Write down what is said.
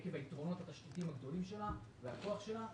עקב היתרונות התשתיתיים הגדולים שלה והכוח שלה,